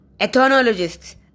Ethnologists